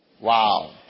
wow